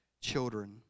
children